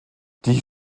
die